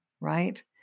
right